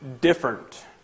different